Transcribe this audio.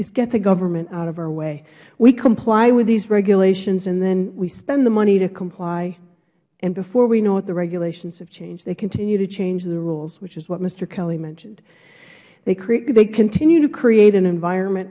is get the government out of our way we comply with these regulations we spend the money to comply and before we know it the regulations have changed they continue to change the rules which is what mister kelly mentioned they continue to create an environment